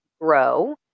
grow